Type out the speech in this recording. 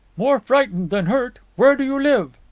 more frightened than hurt. where do you live?